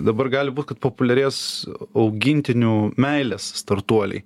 dabar gali būt kad populiarės augintinių meilės startuoliai